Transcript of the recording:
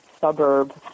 suburb